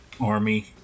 Army